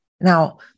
Now